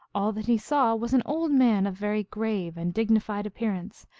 all that he saw was an old man of very grave and dignified appearance,